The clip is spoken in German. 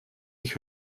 ich